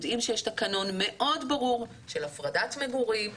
יודעים שיש תקנון מאוד ברור של הפרדת מגורים,